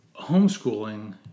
homeschooling